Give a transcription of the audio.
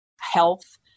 health